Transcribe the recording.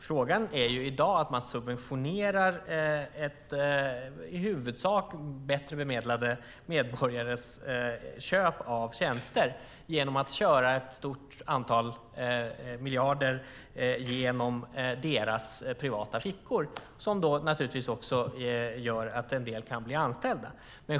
Frågan gäller ju att man i dag subventionerar i huvudsak bättre bemedlade medborgares köp av tjänster genom att köra ett stort antal miljarder genom deras privata fickor, som då naturligtvis också gör att en del kan bli anställda.